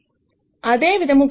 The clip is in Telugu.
అదేవిధంగా nTv2 v2Tn కూడా0